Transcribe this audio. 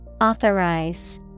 Authorize